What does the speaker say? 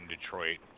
Detroit